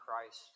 Christ